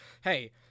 Hey